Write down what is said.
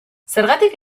zergatik